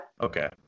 okay